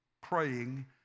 praying